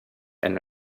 and